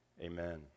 amen